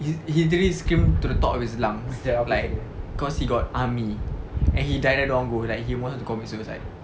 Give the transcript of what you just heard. he he literally screamed to the top of his lungs like cause he got army and he die die don't want to go like he wants to commit suicide